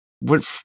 Went